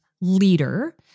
leader